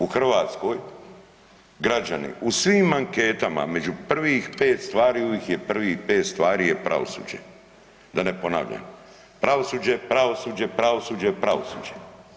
U Hrvatskoj građani u svim anketama među prvih 5 stvari uvik je prvih 5 stvari je pravosuđe, da ne ponavljam, pravosuđe, pravosuđe, pravosuđe, pravosuđe.